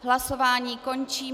Hlasování končím.